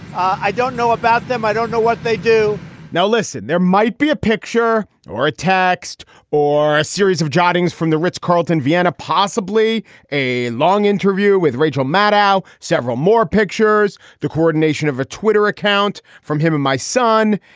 i don't know about them. i don't know what they do now, listen, there might be a picture or a text or a series of jottings from the ritz carlton, vienna, possibly a long interview with rachel maddow. several more pictures. the coordination of a twitter account from him and my son.